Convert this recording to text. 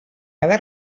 cada